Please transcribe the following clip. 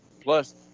plus